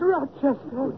Rochester